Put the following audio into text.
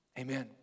Amen